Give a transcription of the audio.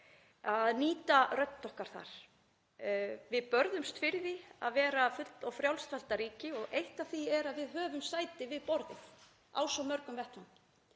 að nýta rödd okkar þar. Við börðumst fyrir því að vera fullvalda og frjálst ríki og eitt af því er að við eigum sæti við borðið á margs konar